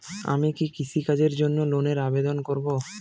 আমি কি কৃষিকাজের জন্য লোনের আবেদন করব?